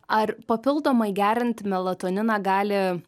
ar papildomai geriant melatoniną gali